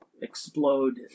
explode